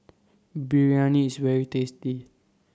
Biryani IS very tasty